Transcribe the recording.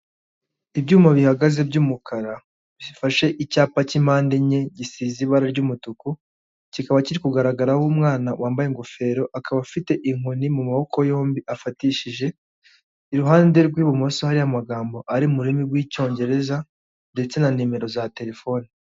Ibyuma bihagaze by'umukara bifashe icyapa cy'impandeenye gisize ibara ry'umutuku, kikaba kiri kugaragaraho umwana wambaye ingofero akaba afite inkoni mu maboko yombi afatishije iruhande rw'ibumoso hari amagambogambo ari mu rurimi rw'icyongereza ndetse na nimero za telefone.